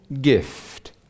gift